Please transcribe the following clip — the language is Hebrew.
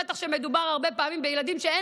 בטח כשמדובר הרבה פעמים בילדים שאין